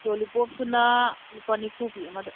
ꯂꯣꯂꯤꯄꯣꯞꯇꯨꯅ ꯂꯨꯄꯥ ꯅꯤꯐꯨ ꯄꯤ ꯑꯃꯗ